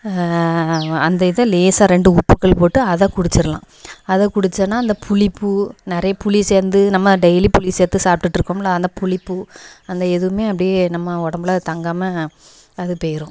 அந்த இதை லேசாக ரெண்டு உப்புக்கல் போட்டு அதை குடிச்சுருலாம் அதை குடித்தோன்னா அந்த புளிப்பு நிறைய புளி சேர்ந்து நம்ம டெய்லி புளி சேர்த்து சாப்பிட்டுட்டு இருக்கோமில அந்த புளிப்பு அந்த எதுவுமே அப்படியே நம்ம உடம்புல அது தங்காமல் அது போயிடும்